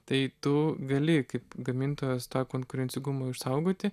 tai tu gali kaip gamintojas tą konkurencingumą išsaugoti